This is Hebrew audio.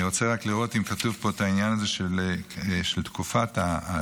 אני רק רוצה לראות אם כתוב פה העניין של תקופת הסיוע.